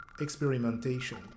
experimentation